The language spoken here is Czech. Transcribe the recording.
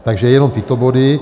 Takže jenom tyto body.